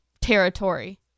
territory